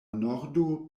nordo